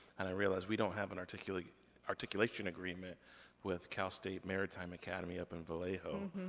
and i realized we don't have an articulation articulation agreement with cal state maritime academy up in vallejo.